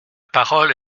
parole